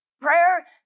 Prayer